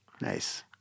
Nice